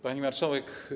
Pani Marszałek!